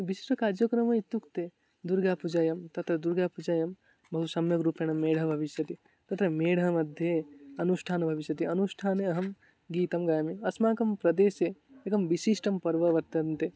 विश्वकार्यक्रमः इत्युक्ते दुर्गापूजायां तत्र दुर्गापूजायां बहु सम्यक् रूपेण मेढ भविष्यति तत्र मेढा मध्ये अनुष्ठानं भविष्यति अनुष्ठाने अहं गीतं गायामि अस्माकं प्रदेशे एकं विशिष्टं पर्व वर्तते